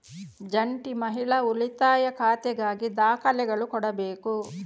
ಜಂಟಿ ಮಹಿಳಾ ಉಳಿತಾಯ ಖಾತೆಗಾಗಿ ದಾಖಲೆಗಳು ಕೊಡಬೇಕು